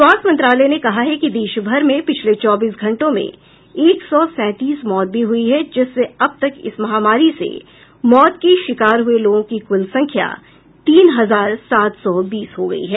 स्वास्थ्य मंत्रालय ने कहा है कि देश भर में पिछले चौबीस घंटों में एक सौ सैंतीस मौत भी हुई हैं जिससे अब तक इस महामारी से मौत के शिकार हुए लोगों की कुल संख्या तीन हजार सात सौ बीस हो गई है